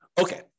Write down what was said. Okay